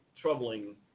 troubling